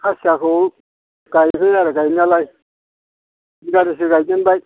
खासियाखौ गायबाय आरो गायनायालाय बिगानैसो गायजेनबाय